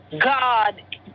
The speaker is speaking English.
god